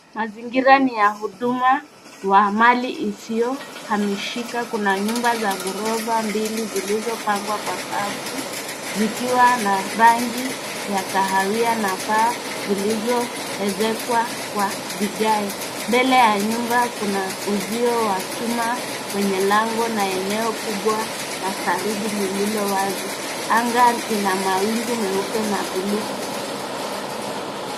Mazingira ni ya huduma wa mali isiyohamishika. Kuna nyumba za ghorofa mbili zilizopangwa kwa safu, zikiwa na rangi ya kahawia na paa zilizoezekwa kwa vigae. Mbele ya nyumba kuna uzio wa chuma wenye nango na eneo kubwa na saruji lililo wazi. Anga ina mawingu meupe na buluu.